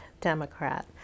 Democrat